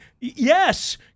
yes